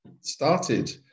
started